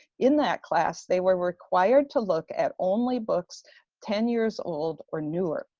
in that class, they were required to look at only books ten years old or newer.